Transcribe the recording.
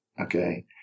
okay